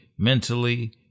Mentally